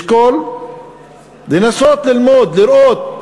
לשקול, לנסות ללמוד, לראות